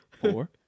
four